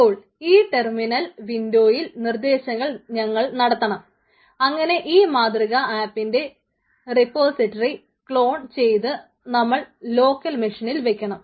അപ്പോൾ ഈ ടെർമിനൽ വിൻഡോയിൽ ചെയ്തു നമ്മളുടെ ലോക്കൽ മെഷീനിൽ വെക്കണം